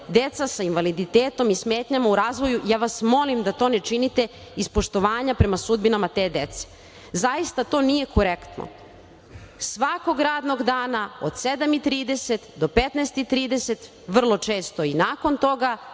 deca sa invaliditetom i smetnjama u razvoju. Ja vas molim da to ne činite iz poštovanja prema sudbinama te dece. Zaista to nije korektno. Svakog radnog dana od 7,30 do 15,30, vrlo često i nakon toga